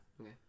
okay